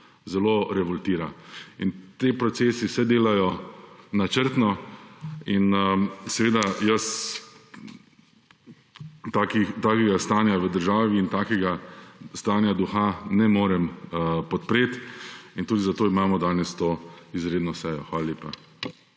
zelo revoltira. In ti procesi se delajo načrtno in, seveda, jaz takega stanja v državi in takega stanja duha ne morem podpret in tudi zato imamo danes to izredno sejo. Hvala lepa.